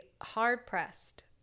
hard-pressed